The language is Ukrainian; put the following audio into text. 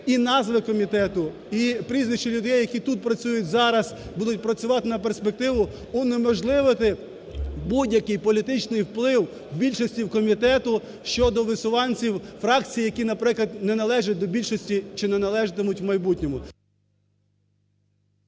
і назви комітету і прізвища людей, які тут працюють, зараз будуть працювати на перспективу, унеможливити будь-який політичний вплив більшості комітету щодо висуванців фракцій, які, наприклад, не належать до більшості чи не належатимуть в майбутньому.